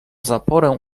zaporę